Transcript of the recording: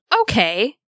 okay